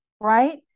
Right